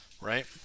right